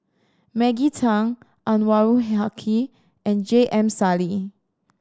Maggie Teng Anwarul Haque and J M Sali